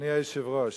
אדוני היושב-ראש,